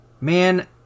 Man